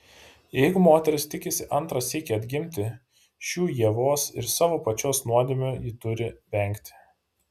jeigu moteris tikisi antrą sykį atgimti šių ievos ir savo pačios nuodėmių ji turi vengti